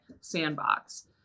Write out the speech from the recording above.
sandbox